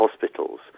hospitals